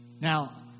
Now